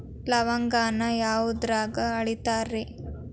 ಲವಂಗಾನ ಯಾವುದ್ರಾಗ ಅಳಿತಾರ್ ರೇ?